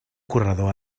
corredor